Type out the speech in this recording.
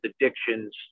addictions